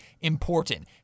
important